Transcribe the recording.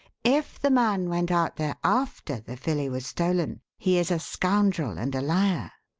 if the man went out there after the filly was stolen he is a scoundrel and a liar.